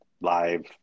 live